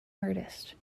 artist